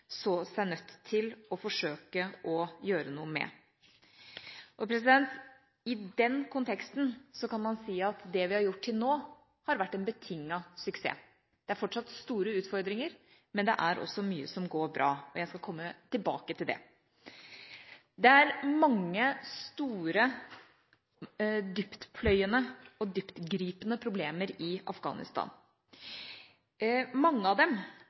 så seg nødt til å forsøke å gjøre noe med. I den konteksten kan man si at det vi har gjort til nå, har vært en betinget suksess. Det er fortsatt store utfordringer, men det er også mye som går bra, og jeg skal komme tilbake til det. Det er mange store, dyptpløyende og dyptgripende problemer i Afghanistan. Mange av dem